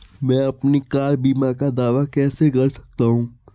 मैं अपनी कार बीमा का दावा कैसे कर सकता हूं?